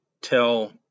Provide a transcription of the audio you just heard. tell